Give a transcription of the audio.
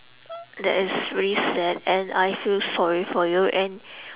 that is really sad and I feel sorry for you and